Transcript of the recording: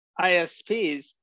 ISPs